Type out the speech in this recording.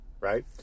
Right